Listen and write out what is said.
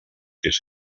sis